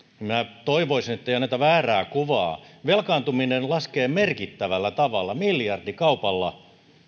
minä toivoisin ettei anneta väärää kuvaa velkaantuminen laskee merkittävällä tavalla miljardikaupalla